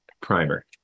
primer